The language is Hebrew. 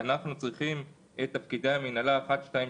"אנחנו צריכים תפקידי מינהלה מסוימים